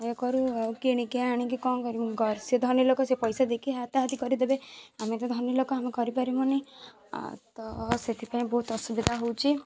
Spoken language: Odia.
ଇଏ କରୁ ଆଉ କିଣିକି ଆଣିକି କଣ କରିବୁ ସେ ଧନୀ ଲୋକ ସେ ପଇସା ଦେଇକି ହାତାହାତି କରିଦେବେ ଆମେ ତ ଧନୀ ଲୋକ ଆମେ କରିପାରିବୁନି ତ ସେଥିପାଇଁ ବହୁତ ଅସୁବିଧା ହେଉଛି